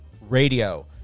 Radio